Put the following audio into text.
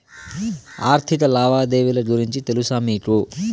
ఆర్థిక లావాదేవీల గురించి తెలుసా మీకు